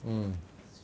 mm